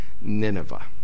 Nineveh